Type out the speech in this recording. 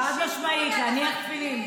יש שידול להנחת תפילין.